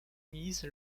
mise